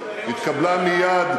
התקבלה מייד,